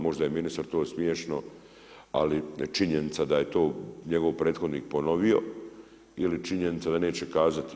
Možda je ministru to smiješno ali činjenica da je to njegov prethodnik ponovio ili je činjenica da neće kazati.